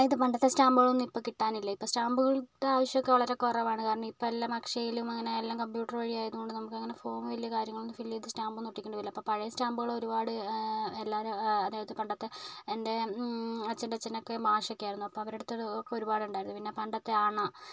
അതായത് പണ്ടത്തേ സ്റ്റാമ്പുകളൊന്നും ഇപ്പോൾ കിട്ടാനില്ല ഇപ്പോൾ സ്റ്റാമ്പുകളുടെ ആവശ്യമൊക്കെ വളരെ കുറവാണ് കാരണം ഇപ്പോഴെല്ലാം അക്ഷയയിലും അങ്ങനെയെല്ലാം കംപ്യൂട്ടറുവഴി ആയതുകൊണ്ട് നമുക്കങ്ങനേ ഫോം വലിയ കാര്യങ്ങളൊന്നും ഫിൽ ചെയ്ത് സ്റ്റാമ്പൊന്നും ഒട്ടിക്കേണ്ടി വരില്ല അപ്പോൾ പഴയ സ്റ്റാമ്പുകൾ ഒരുപാട് എല്ലാവരും അതായത് പണ്ടത്തെ എൻ്റെ അച്ഛൻറ്റച്ഛനൊക്കെ മാഷൊക്കെയായിരുന്നു അപ്പോൾ അവരുടെ അടുത്തൊക്കെ ഒരുപാടുണ്ടായിരുന്നു പിന്നേ പണ്ടത്തേ അണ